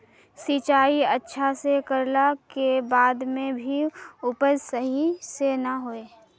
सिंचाई अच्छा से कर ला के बाद में भी उपज सही से ना होय?